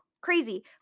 crazy